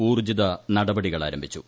ഊർജിത നടപടികൾ ആരംഭിച്ചു